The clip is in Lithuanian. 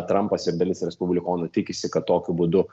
trampas ir dalis respublikonų tikisi kad tokiu būdu